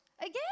again